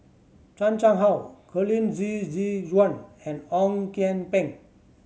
Chan Chang How Colin Zhe Zhe Quan and Ong Kian Peng